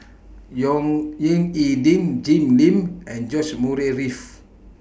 Yong Ying E Ding Jim Lim and George Murray Reith